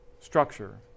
Structure